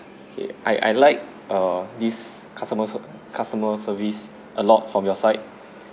okay I I like uh this customer ser~ customer service a lot from your side